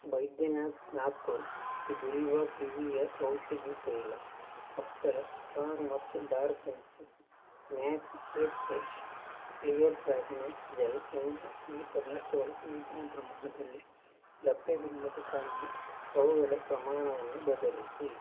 ಬೈದ್ಯನಾಥ್ ನಾಗ್ಪುರ್ ಬಿಲ್ವ ಕಿವಿಯ ಔಷಧಿ ತೈಲ ಅಪ್ಸರಾ ಸ್ಟ್ರಾಂಗ್ ಮತ್ತು dark pencil max air fresh clear fragrance gel ನಿಮ್ಮ ಈ ಪದಾರ್ಥಗಳು ಈಗಿನ ಪ್ರಮಾಣದಲ್ಲಿ ಲಭ್ಯವಿಲ್ಲದ ಕಾರಣ ಅವುಗಳ ಪ್ರಮಾಣವನ್ನು ಬದಲಿಸಿ